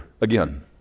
again